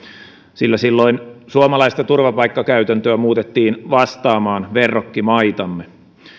sillä silloin suomalaista turvapaikkakäytäntöä muutettiin vastaamaan verrokkimaitamme